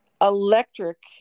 electric